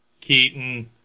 Keaton